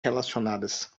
relacionadas